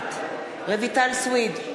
נוכחת רויטל סויד,